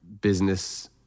business